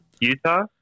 Utah